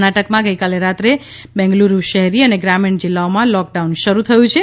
કર્ણાટકમાં ગઈકાલે રાત્રે બેંગલુરુ શહેરી અને ગ્રામીણ જિલ્લાઓમાં લોકડાઉન શરૂ થયું છે